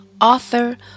author